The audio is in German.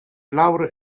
laura